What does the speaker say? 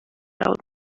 old